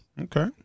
Okay